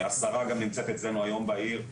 השרה גם נמצאת אצלנו היום בעיר,